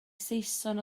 saeson